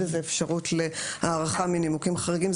איזו אפשרות להארכה מנימוקים חריגים.